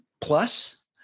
plus